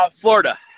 Florida